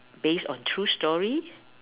based on true story